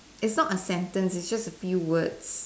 is not a sentence it's just a few words